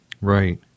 Right